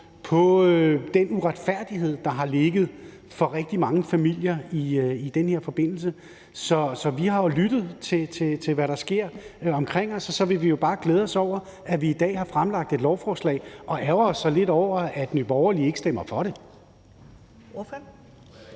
på den uretfærdighed, der for rigtig mange familier har ligget i det den her forbindelse. Så vi har jo lyttet til, hvad der sker omkring os. Og så vil vi jo bare glæde os over, at vi i dag behandler dette lovforslag – og ærgrer os så lidt over, at Nye Borgerlige ikke stemmer for det.